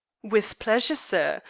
with pleasure, sir.